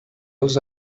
els